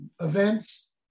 events